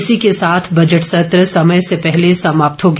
इसी के साथ बजट सत्र समय से पहले समाप्त हो गया